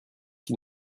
qui